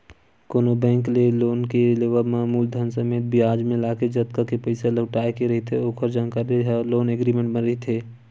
कोनो बेंक ले लोन के लेवब म मूलधन समेत बियाज मिलाके जतका के पइसा लहुटाय के रहिथे ओखर जानकारी ह लोन एग्रीमेंट म रहिथे